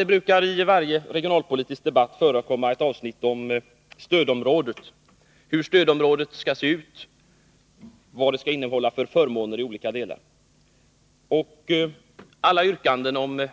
Det brukar i varje regionalpolitisk debatt förekomma ett avsnitt om stödområdet: hur stödområdet skall se ut och vad för siags förmåner de olika delarna av stödområdet skall ha. Alla yrkanden om